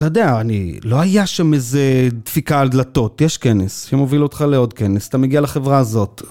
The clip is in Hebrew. אתה יודע, אני... לא היה שם איזה דפיקה על דלתות. יש כנס, הם הובילו אותך לעוד כנס, אתה מגיע לחברה הזאת.